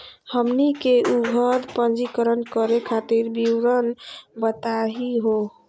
हमनी के उद्यम पंजीकरण करे खातीर विवरण बताही हो?